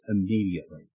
immediately